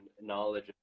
knowledge